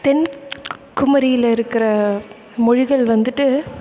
தென் குமரியில் இருக்கிற மொழிகள் வந்துட்டு